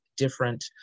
different